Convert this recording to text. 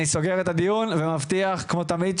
אני נועל את הדיון ואני מבטיח כמו תמיד,